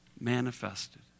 manifested